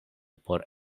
por